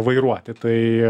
vairuoti tai